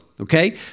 Okay